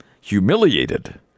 humiliated